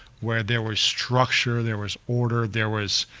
where there was structure, there was order. there was,